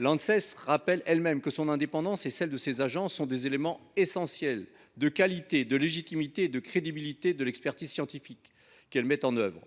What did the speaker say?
L’Anses rappelle elle même que son indépendance et celle de ses agents sont un critère essentiel de la qualité, de la légitimité et de la crédibilité de l’expertise scientifique qu’elle met en œuvre.